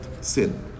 sin